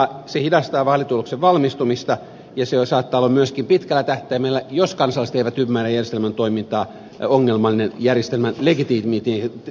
se hidastaa vaalituloksen valmistumista ja se saattaa olla myöskin pitkällä tähtäimellä jos kansalaiset eivät ymmärrä järjestelmän toimintaa ongelmallinen järjestelmän legitimiteetin kannalta